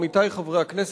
עמיתי חברי הכנסת,